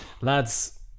Lads